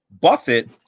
Buffett